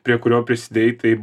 prie kurio prisidėjai tai